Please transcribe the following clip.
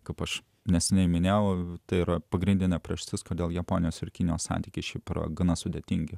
kaip aš neseniai minėjau tai yra pagrindinė priežastis kodėl japonės ir kinijos santykiai ši pora gana sudėtingi